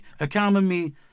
economy